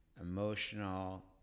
emotional